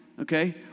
okay